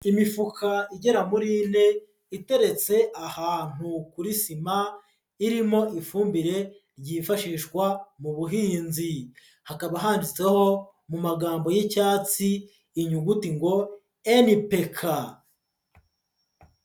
Imifuka igera muri ine, iteretse ahantu kuri sima, irimo ifumbire yifashishwa mu buhinzi. Hakaba handitseho mu magambo y'icyatsi inyuguti ngo "NPK".